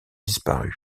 disparu